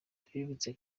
tubibutse